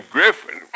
Griffin